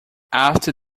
after